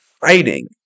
fighting